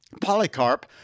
Polycarp